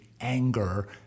anger